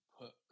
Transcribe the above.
put